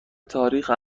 تاریخ